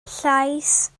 llais